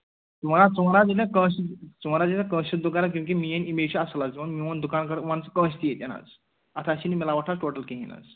ژٕ وَن حظ ژٕ وَن حظ ییٚتٮ۪ن کٲنٛسہِ تہِ ژٕ وَن حظ ییٚتٮ۪ن کٲنٛسہِ تہِ دُکانَس کیوں کہِ میٛٲنۍ اِمیج چھِ اَصٕل حظ ژٕ وَن میٛون دُکان وَن ژٕ کٲنٛسہِ تہِ ییٚتٮ۪ن حظ اَتھ حظ چھِنہٕ مِلاوٹھ حظ ٹوٹَل کِہیٖنٛۍ حظ